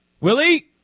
Willie